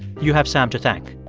you have sam to thank